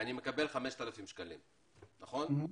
אני מקבל 5,000 שקלים, נכון?